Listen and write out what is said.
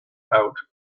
out